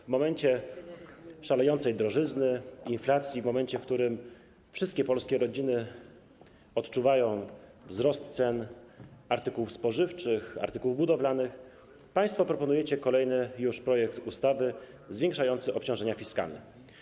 W momencie szalejącej drożyzny, inflacji, w momencie, w którym wszystkie polskie rodziny odczuwają wzrost cen artykułów spożywczych, budowlanych, państwo proponujecie kolejny już projekt ustawy zwiększający obciążenia fiskalne.